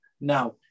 now